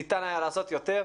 ניתן היה לעשות יותר.